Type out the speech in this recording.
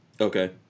Okay